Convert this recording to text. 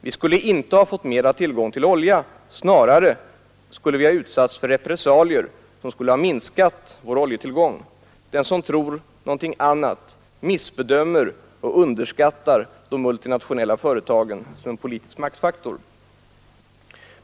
Vi skulle inte ha fått bättre tillgång på olja, snarare skulle vi ha utsatts för repressalier som skulle ha minskat vår oljetillgång. Den som tror något annat missbedömer och underskattar de multinationella företagen som en politisk maktfaktor.